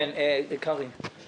אדוני היושב-ראש,